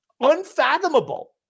Unfathomable